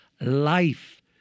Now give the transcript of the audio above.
life